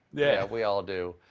yeah, we all do.